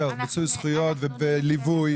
מיצוי זכויות וליווי,